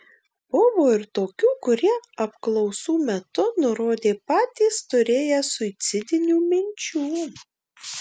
buvo ir tokių kurie apklausų metu nurodė patys turėję suicidinių minčių